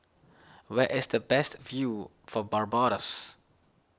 where is the best view for Barbados